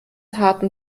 harten